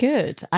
Good